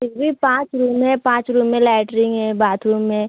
इसमें पाँच रूम हैं पाँच रूम में लैटरिंग है बाथरूम है